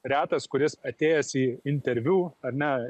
retas kuris atėjęs į interviu ar ne